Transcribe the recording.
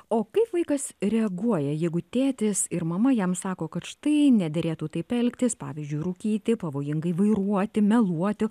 o kaip vaikas reaguoja jeigu tėtis ir mama jam sako kad štai nederėtų taip elgtis pavyzdžiui rūkyti pavojingai vairuoti meluoti